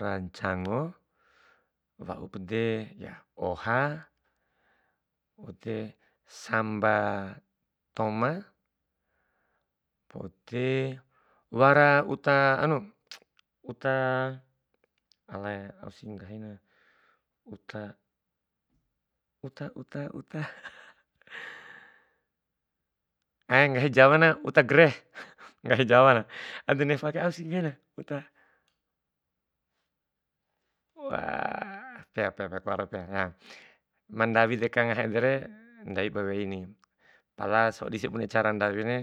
ra ncango, waup de oha, waude samba toma, waude wara uta anu uta alai aus nggahina uta- uta- uta- uta ain nggahi jawa na uta greh ngahi jawana, ede nefakue ausi ngahina uta, pea pea pea nakawara pea. Ngaha, mandawi deka ngaha edere, ndawi ba wei ni, pala sodisi bune cara ndawi re.